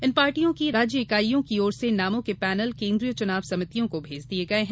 इन पार्टियों की राज्य इकाईयों की ओर से नामों के पैनल केन्द्रीय चुनाव समितियों को भेज दिये गये हैं